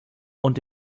und